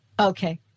Okay